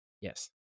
Yes